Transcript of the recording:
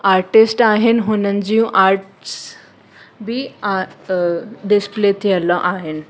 artist आहिनि हुन जूं आर्ट्स बि आर डिसप्ले थियलु आहिनि